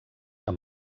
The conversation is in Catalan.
amb